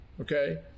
okay